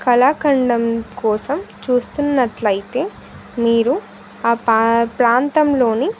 కళాఖండం కోసం చూస్తున్నట్లయితే మీరు ఆ పా ప్రాంతంలోని